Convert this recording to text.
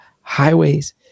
highways